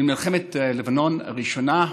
במלחמת לבנון הראשונה,